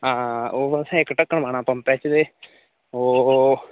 आ हां ओह् इक्क ढक्कन पाना तुसें पंप च ओह्